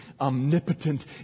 omnipotent